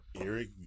Eric